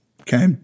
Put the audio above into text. Okay